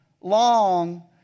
long